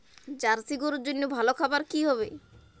Jersey গরুর জন্য ভালো খাবার কি হবে?